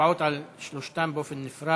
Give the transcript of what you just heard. הצבעות על שלוש ההצעות